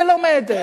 ולומדת,